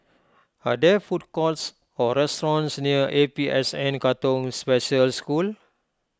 are there food courts or restaurants near A P S N Katong Special School